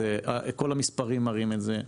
כל המספרים מראים את זה.